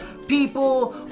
people